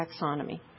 taxonomy